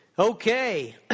Okay